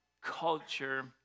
culture